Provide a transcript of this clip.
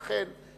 לכן,